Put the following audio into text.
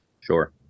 Sure